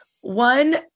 One